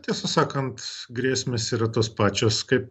tiesą sakant grėsmės yra tos pačios kaip